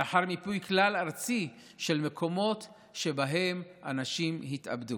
לאחר מיפוי כלל-ארצי של מקומות שבהם אנשים התאבדו,